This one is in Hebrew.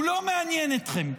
הוא לא מעניין אתכם,